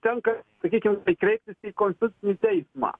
tenka sakykim kreiptis į konstitucinį teismą